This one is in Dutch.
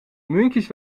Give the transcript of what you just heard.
muntjes